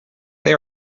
they